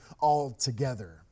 altogether